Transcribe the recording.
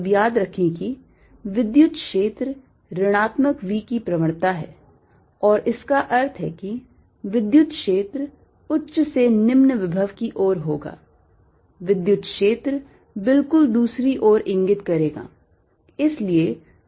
अब याद रखें कि विद्युत क्षेत्र ऋणात्मक V की प्रवणता है और इसका अर्थ है कि विद्युत क्षेत्र उच्च से निम्न विभव की ओर होगा विद्युत क्षेत्र बिल्कुल दूसरी ओर इंगित करेगा